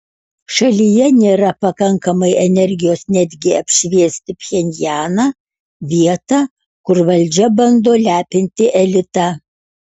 šalyje nėra pakankamai energijos netgi apšviesti pchenjaną vietą kur valdžia bando lepinti elitą